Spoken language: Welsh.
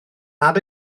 nad